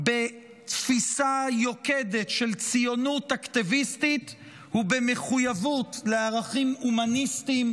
בתפיסה יוקדת של ציונות אקטיביסטית ובמחויבות לערכים הומניסטיים,